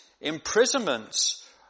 imprisonments